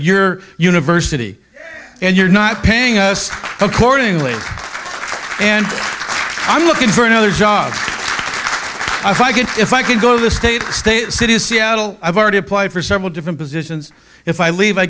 your university and you're not paying us accordingly and i'm looking for another job i could if i could go to the states state city of seattle i've already applied for several different positions if i leave i